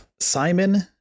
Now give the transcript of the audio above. Simon